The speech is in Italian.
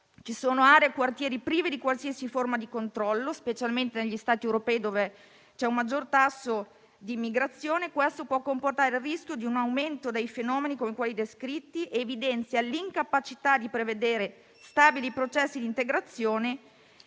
Vi sono aree e quartieri privi di qualsiasi forma di controllo, specialmente negli Stati europei dove c'è un maggior tasso di immigrazione. Questo può comportare il rischio di un aumento dei fenomeni come quelli descritti ed evidenzia l'incapacità di prevedere stabili processi di integrazione.